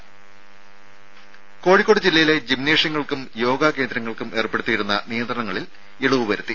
ദ്ദേ കോഴിക്കോട് ജില്ലയിലെ ജിംനേഷ്യങ്ങൾക്കും യോഗാ കേന്ദ്രങ്ങൾക്കും ഏർപ്പെടുത്തിയിരുന്ന നിയന്ത്രണത്തിൽ ഇളവ് വരുത്തി